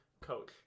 coach